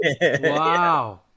Wow